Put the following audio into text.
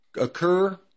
occur